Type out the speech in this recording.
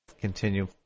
continue